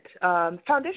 Foundation